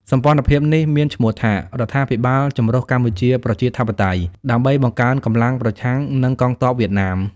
សម្ព័ន្ធភាពនេះមានឈ្មោះថា «រដ្ឋាភិបាលចម្រុះកម្ពុជាប្រជាធិបតេយ្យ» ដើម្បីបង្កើនកម្លាំងប្រឆាំងនឹងកងទ័ពវៀតណាម។